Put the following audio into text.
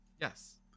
Yes